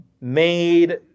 made